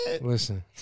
Listen